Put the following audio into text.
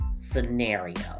scenario